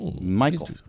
Michael